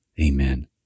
Amen